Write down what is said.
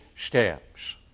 steps